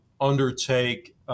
undertake